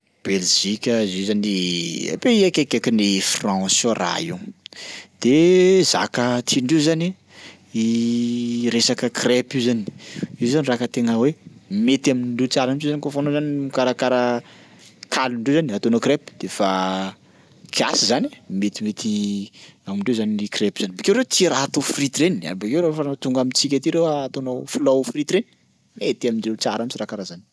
Belzika izy io zany pays akaikikaikin'ny France ao raha io, de zaka tiandreo zany resaka crêpe io zany b- io zany raka tegna hoe mety amindreo tsara mihitsy zany kaofa anao zany mikarakara kalindreo zany ataonao crêpe de fa kiasy zany e metimety amindreo zany crêpe zany. Bakeo reo tia raha atao frity ireny, abakeo rehefa raha tonga amintsika aty reo ataonao filao frity reny, mety amindreo tsara mihitsy raha karaha zany.